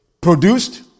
produced